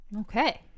Okay